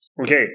okay